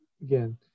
again